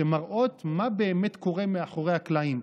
שמראות מה באמת קורה מאחורי הקלעים,